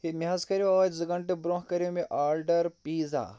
ہے مےٚ حظ کَریٛو ٲدۍ زٕ گھنٛٹہٕ برٛونٛہہ کریٛو مےٚ آرڈر پیٖزا